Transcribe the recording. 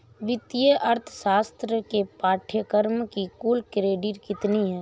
वित्तीय अर्थशास्त्र के पाठ्यक्रम की कुल क्रेडिट कितनी है?